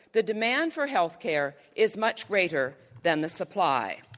the demand for healthcare is much greater than the supply.